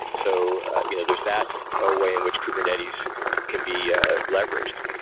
so you know there's that ah way in which kubernetes can be ah leveraged.